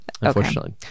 Unfortunately